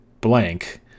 Blank